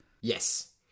Yes